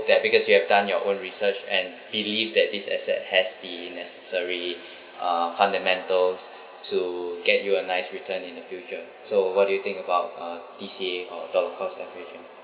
that because you have done your own research and believe that this asset has the necessary uh fundamentals to get you a nice return in the future so what do you think about uh D_C_A or dollar cost averaging